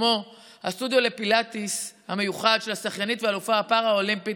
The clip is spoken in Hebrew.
כמו הסטודיו לפילאטיס המיוחד של השחיינית והאלופה הפארה-אולימפית,